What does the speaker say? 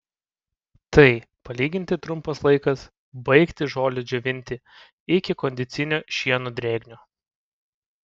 tai palyginti trumpas laikas baigti žolę džiovinti iki kondicinio šieno drėgnio